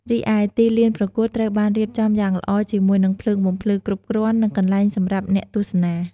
រីឯទីលានប្រកួតត្រូវបានរៀបចំយ៉ាងល្អ ជាមួយនឹងភ្លើងបំភ្លឺគ្រប់គ្រាន់ និងកន្លែងសម្រាប់អ្នកទស្សនា។